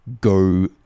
go